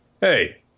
hey